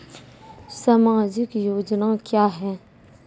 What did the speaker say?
समाजिक योजना क्या हैं?